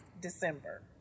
December